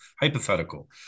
hypothetical